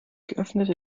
geöffnete